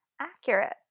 accurate